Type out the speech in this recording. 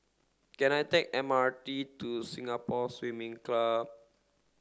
can I take the M R T to Singapore Swimming Club